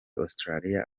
australia